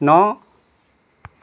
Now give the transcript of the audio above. ন